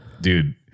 dude